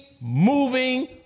moving